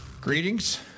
Greetings